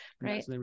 Right